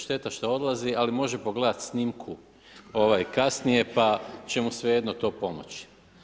Šteta što odlazi, ali može pogledati snimku, ovaj, kasnije, pa će mu svejedno to pomoći.